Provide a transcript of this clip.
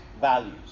values